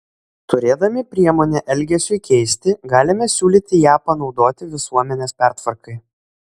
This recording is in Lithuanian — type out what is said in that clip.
turėdami priemonę elgesiui keisti galime siūlyti ją panaudoti visuomenės pertvarkai